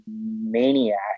maniac